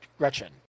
Gretchen